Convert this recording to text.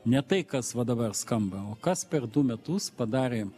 ne tai kas va dabar skamba o kas per du metus padarė